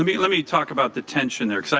but let me talk about the tension there,